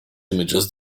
images